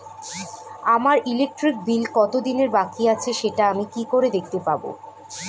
আমার electric bill কত দিনের বাকি আছে সেটা আমি কি করে দেখতে পাবো?